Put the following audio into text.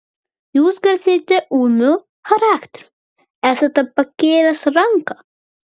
jūs garsėjate ūmiu charakteriu esate pakėlęs ranką